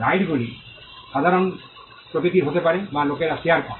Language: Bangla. রাইট গুলি সাধারণ প্রকৃতির হতে পারে যা লোকেরা শেয়ার করে